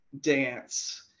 dance